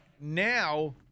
now